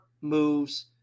moves